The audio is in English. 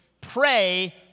pray